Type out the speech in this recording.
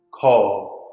call